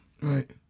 right